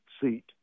seat